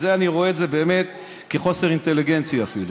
אני רואה את זה באמת כחוסר אינטליגנציה, אפילו.